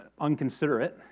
unconsiderate